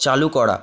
চালু করা